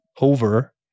over